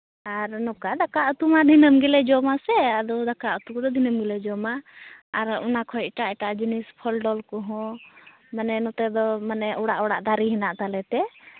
ᱟᱨ ᱱᱚᱝᱠᱟ ᱫᱟᱠᱟ ᱩᱛᱩᱢᱟ ᱫᱤᱱᱟᱹᱢ ᱜᱮᱞᱮ ᱡᱚᱢᱟᱥᱮ ᱫᱚ ᱫᱟᱠᱟ ᱩᱛᱩ ᱠᱚᱫᱚ ᱫᱤᱱᱟᱹᱢ ᱜᱮᱞᱮ ᱡᱚᱢᱟ ᱟᱨ ᱚᱱᱟ ᱠᱷᱚᱱ ᱮᱴᱟᱜᱼᱮᱴᱟᱜ ᱡᱤᱱᱤᱥ ᱯᱷᱚᱞ ᱰᱚᱞ ᱠᱚᱦᱚᱸ ᱢᱟᱱᱮ ᱱᱚᱛᱮ ᱫᱚ ᱢᱟᱱᱮ ᱚᱲᱟᱜ ᱚᱲᱟᱜ ᱫᱟᱨᱮ ᱦᱮᱱᱟᱜ ᱛᱟᱞᱮᱛᱮ